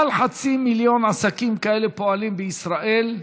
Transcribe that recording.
מעל חצי מיליון עסקים כאלה פועלים בישראל,